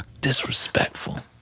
disrespectful